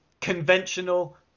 conventional